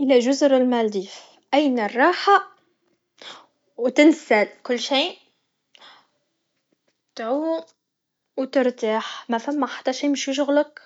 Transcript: الى جزر المالديف اين الراحة و تنسى كل شيء تعوم و ترتاح مثما حتى شيء باش يشغلك